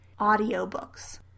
audiobooks